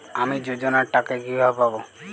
আমি যোজনার টাকা কিভাবে পাবো?